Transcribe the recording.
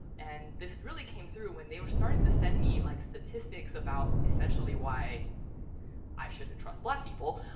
and this really came through when they were starting to send me, like, statistics about essentially why i shouldn't trust black people,